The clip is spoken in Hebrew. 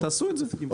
תעשו את זה.